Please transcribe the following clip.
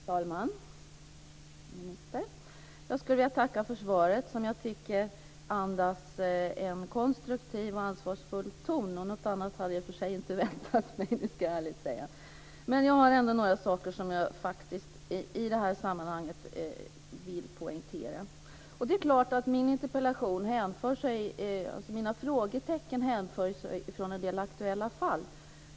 Fru talman och fru minister! Jag skulle vilja tacka för svaret som jag tycker andas en konstruktiv och ansvarsfull ton. Något annat hade jag i och för sig inte väntat mig; det ska jag ärligt säga. Jag har ändå några saker som jag i det här sammanhanget vill poängtera. Det är klart att mina frågetecken hänför sig till en del aktuella fall.